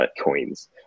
coins